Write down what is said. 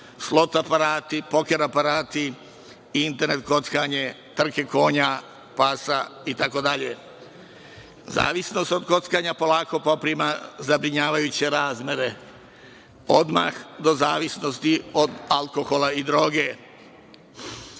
slot aparati, poker aparati, internet kockanje, trke konja, pasa itd. Zavisnost od kockanja polako poprima zabrinjavajuće razmere, odmah do zavisnosti od alkohola i